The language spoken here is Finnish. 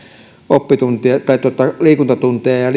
liikuntatunteja ja